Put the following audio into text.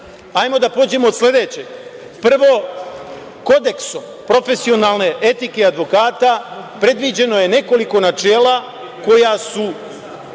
Hajde da pođemo od sledećeg – prvo, kodeksom profesionalne etike advokata predviđeno je nekoliko načela koja su